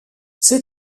ses